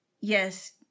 Yes